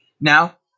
Now